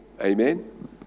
Amen